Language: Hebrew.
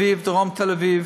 דרום תל אביב,